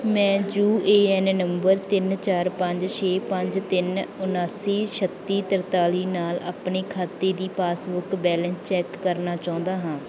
ਮੈਂ U A N number ਤਿੰਨ ਚਾਰ ਪੰਜ ਛੇ ਪੰਜ ਤਿੰਨ ਉਨਾਸੀ ਛੱਤੀ ਤਰਤਾਲੀ ਨਾਲ ਆਪਣੇ ਖਾਤੇ ਦੀ ਪਾਸਬੁੱਕ ਬੈਲੇਂਸ ਚੈੱਕ ਕਰਨਾ ਚਾਹੁੰਦਾ ਹਾਂ